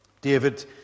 David